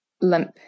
limp